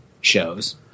shows